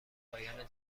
پایان